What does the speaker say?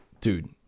dude